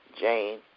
Jane